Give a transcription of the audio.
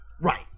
Right